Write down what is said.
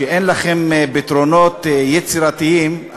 שאין לכם פתרונות יצירתיים,